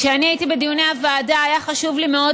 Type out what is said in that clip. כשאני הייתי בדיוני הוועדה היה חשוב לי מאוד